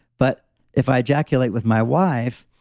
but if i ejaculate with my wife,